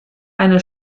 eine